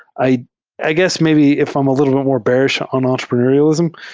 i i guess maybe if i'm a little more bear ish on entrepreneur ialism,